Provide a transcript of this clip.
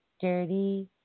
dirty